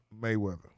Mayweather